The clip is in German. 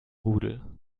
rudel